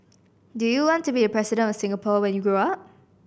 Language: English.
do you want to be the President of Singapore when you grow up